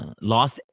lost